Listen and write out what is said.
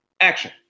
action